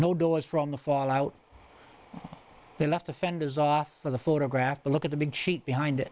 no doors from the fallout they left the fenders off for the photograph to look at the big sheet behind